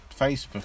Facebook